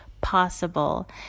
possible